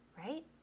right